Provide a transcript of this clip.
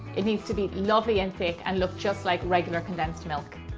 it needs to be lovely and thick and look just like regular condensed milk.